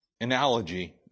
analogy